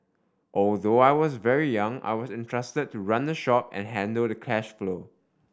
although I was very young I was entrusted to run the shop and handle the cash flow